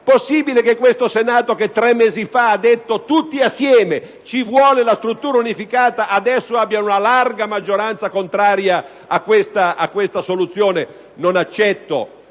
Possibile che questo Senato, che tre mesi fa ha detto all'unanimità che ci vuole la struttura unificata, adesso annoveri una larga maggioranza contraria a questa soluzione? Non accetto